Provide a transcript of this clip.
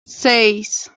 seis